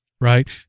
right